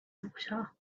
water